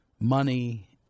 money